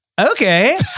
Okay